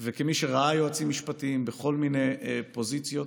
כמי שראה יועצים משפטיים בכל מיני פוזיציות